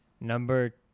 Number